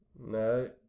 No